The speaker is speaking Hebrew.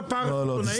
לא, לא.